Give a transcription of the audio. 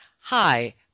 Hi